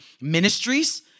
ministries